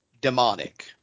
demonic